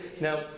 Now